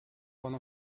one